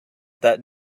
that